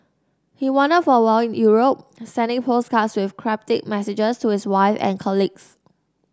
he wandered for a while in Europe sending postcards with cryptic messages to his wife and colleagues